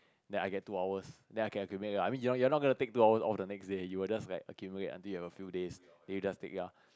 then I get two hours then I can accumulate I mean you are you are not gonna take two hours all the next day you will just like accumulate until you have a few days then you just take it out